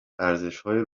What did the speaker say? ارزشهای